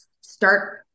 start